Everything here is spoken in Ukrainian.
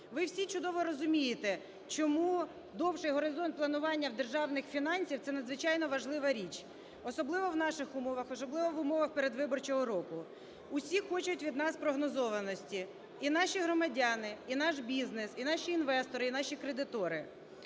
Ви всі чудово розумієте, чому довший горизонт планування державних фінансів – це надзвичайно важлива річ, особливо в наших умовах, особливо в умовах передвиборчого року. Всі хочуть від нас прогнозованості – і наші громадяни, і наш бізнес, і наші інвестори, і наші кредитори.